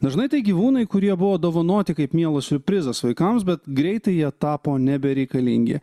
dažnai tai gyvūnai kurie buvo dovanoti kaip mielas siurprizas vaikams bet greitai jie tapo nebereikalingi